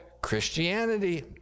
Christianity